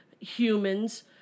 humans